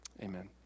amen